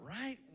Right